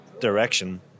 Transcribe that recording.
direction